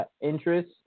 interest